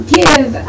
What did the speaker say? give